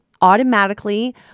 automatically